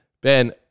Ben